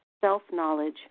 Self-knowledge